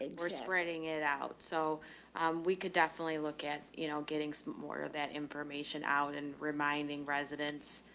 ah we're spreading it out. so we could definitely look at, you know, getting some more of that information out and reminding residents,